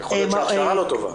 אולי ההכשרה לא טובה.